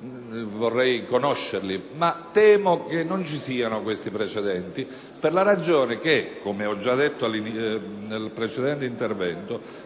vorrei conoscerli, ma temo che non ci siano, per la ragione che, come ho già detto nel mio precedente intervento,